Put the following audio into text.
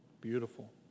Beautiful